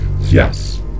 Yes